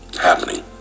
happening